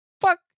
fuck